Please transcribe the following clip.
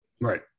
Right